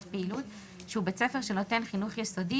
פעילות שהוא בית ספר שנותן חינוך יסודי,